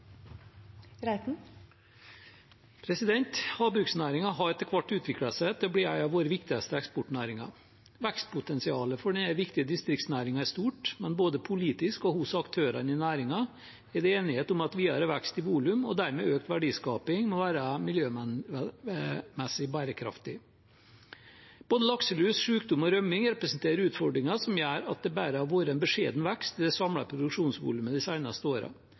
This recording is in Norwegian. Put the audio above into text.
hvert. Havbruksnæringen har etter hvert utviklet seg til å bli en av våre viktigste eksportnæringer. Vekstpotensialet for denne viktige distriktsnæringen er stort, men både politisk og hos aktørene i næringen er det enighet om at videre vekst i volum og dermed økt verdiskaping må være miljømessig bærekraftig. Både lakselus, sykdommer og rømming representerer utfordringer som gjør at det bare har vært en beskjeden vekst i det samlede produksjonsvolumet de